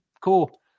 Cool